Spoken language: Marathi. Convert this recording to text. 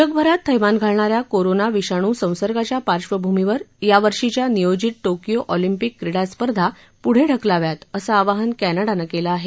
जगभरात थैमान घालणाऱ्या कोरोना विषाणू संसर्गाच्या पार्श्वभूमीवर यावर्षीच्या नियोजित टोकियो ऑलिंपिक क्रीडास्पर्धा प्ढे ढकलाव्यात असं आवाहन कमडानं केलं आहे